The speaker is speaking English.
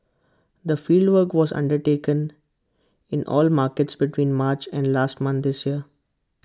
the fieldwork was undertaken in all markets between March and last month this year